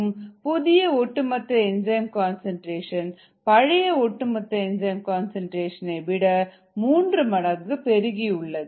புதிய ஒட்டுமொத்த enzyme concentration பழைய ஒட்டுமொத்த என்சைம் கன்சன்ட்ரேஷனை விட மூன்று மடங்கு பெருகியுள்ளது